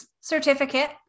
certificate